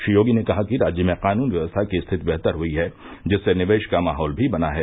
श्री योगी ने कहा कि राज्य में कानून व्यवस्था की स्थिति बेहतर हुई है जिससे निवेश का माहौल भी बना है